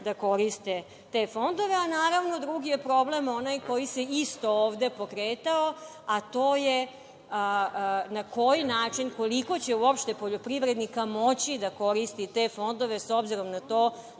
da koriste te fondove. Drugi problem je onaj koji se isto ovde pokretao, a to je na koji način i koliko će uopšte poljoprivrednika moći da koristi te fondove s obzirom na to